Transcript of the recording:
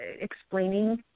explaining